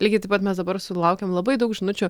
lygiai taip pat mes dabar sulaukiam labai daug žinučių